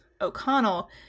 O'Connell